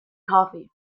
coffee